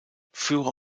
führer